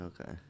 Okay